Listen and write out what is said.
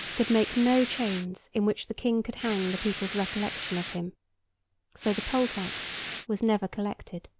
could make no chains in which the king could hang the people's recollection of him so the poll-tax was never collected.